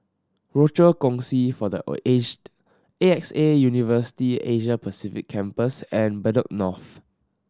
Rochor Kongsi for the Aged A X A University Asia Pacific Campus and Bedok North